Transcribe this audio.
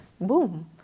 boom